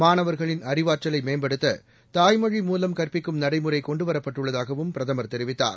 மாணவர்களின் அறிவாற்றலை மேம்படுத்த தாய்மொழி மூவம் கற்பிக்கும் நடைமுறை கொண்டுவரப்பட்டுள்ளதாகவும் பிரதமர் தெரிவித்தார்